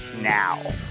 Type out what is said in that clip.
now